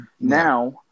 now